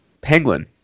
Penguin